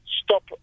stop